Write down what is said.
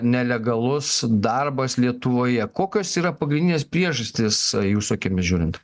nelegalus darbas lietuvoje kokios yra pagrindinės priežastys jūsų akimis žiūrint